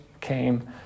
came